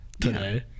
today